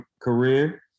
career